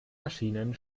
maschinen